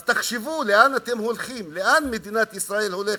אז תחשבו לאן אתם הולכים, לאן מדינת ישראל הולכת,